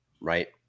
Right